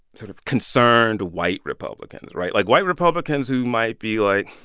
sort of concerned white republicans right? like, white republicans who might be, like,